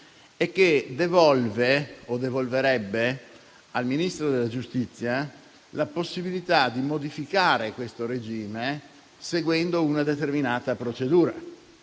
quale devolve o devolverebbe al Ministro della giustizia la possibilità di modificare questo regime, seguendo una determinata procedura.